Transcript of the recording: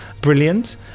Brilliant